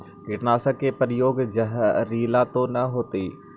कीटनाशक के प्रयोग, जहरीला तो न होतैय?